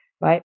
right